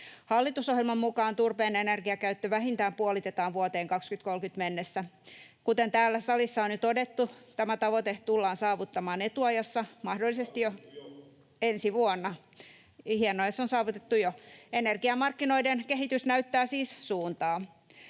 Hallitusohjelman mukaan turpeen energiakäyttö vähintään puolitetaan vuoteen 2030 mennessä. Kuten täällä salissa on jo todettu, tämä tavoite tullaan saavuttamaan etuajassa, mahdollisesti jo ensi vuonna. [Hannu Hoskonen: On saavutettu